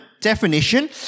definition